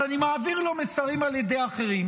אז אני מעביר לו מסרים על ידי אחרים.